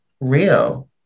real